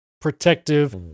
protective